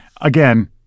Again